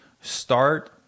start